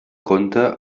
conte